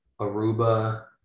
Aruba